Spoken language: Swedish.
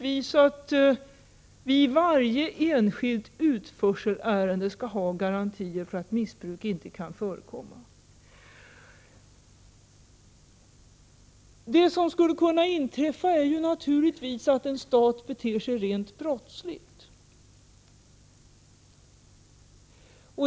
Vid varje enskilt utförselärende skall vi ha garantier för att inte missbruk förekommer. Det som skulle kunna inträffa är naturligtvis att en stat beter sig rent brottsligt.